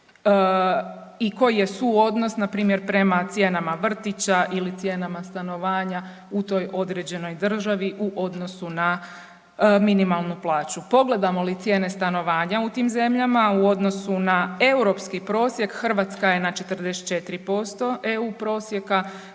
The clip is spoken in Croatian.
i koji je suodnos npr. prema cijenama vrtića ili cijenama stanovanja u toj određenoj državi u odnosu na minimalnu plaću. Pogledamo li cijene stanovanja u tim zemljama, u odnosu na europski prosjek, Hrvatska je na 44% EU prosjeka,